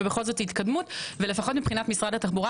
ובכל זאת זה התקדמות ולפחות מבחינת משרד התחבורה,